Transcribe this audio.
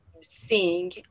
seeing